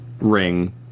ring